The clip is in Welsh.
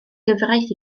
gyfraith